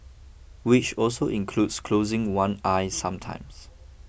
which also includes closing one eye sometimes